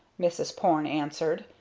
mrs. porne answered.